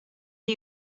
are